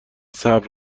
صبر